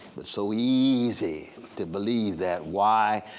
it's so easy to believe that, why?